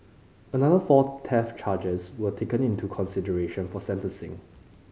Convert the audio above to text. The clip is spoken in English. another four theft charges were taken into consideration for sentencing